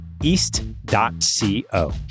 East.co